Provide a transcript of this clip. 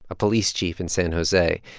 a police chief in san jose.